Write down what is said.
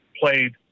played